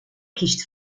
kiest